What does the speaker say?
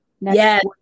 Yes